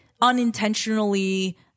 unintentionally